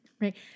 right